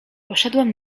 poszedłem